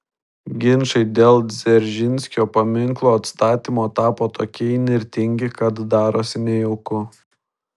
ginčai dėl dzeržinskio paminklo atstatymo tapo tokie įnirtingi kad darosi nejauku